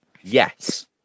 Yes